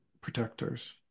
protectors